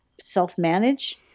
self-manage